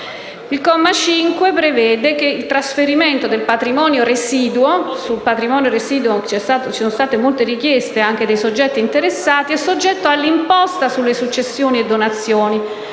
Il comma 5, prevede che il trasferimento del patrimonio residuo - sul patrimonio residuo ci sono state molte richieste da parte dei soggetti interessati - sia soggetto all'imposta sulle successioni e donazioni,